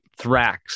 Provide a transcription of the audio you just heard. Thrax